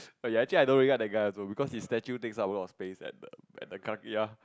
ya actually I don't really get that guy also because his statue takes up a lot of space at the at the at the Clarke-Quay ya